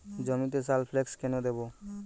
জমিতে সালফেক্স কেন দেবো?